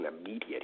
immediate